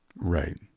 right